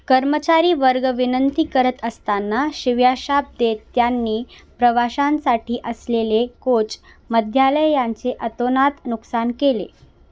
कर्मचारी वर्ग विनंती करत असताना शिव्याशाप देत त्यांनी प्रवाशांसाठी असलेले कोच मद्यालय यांचे अतोनात नुकसान केले